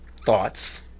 thoughts